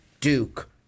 Duke